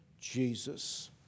Jesus